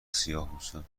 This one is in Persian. سیاهپوستان